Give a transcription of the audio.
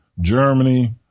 Germany